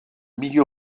milieu